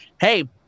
hey